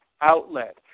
outlet